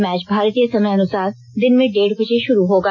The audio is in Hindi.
मैच भारतीय समय अनुसार दिन में डेढ़ बजे शुरू होगा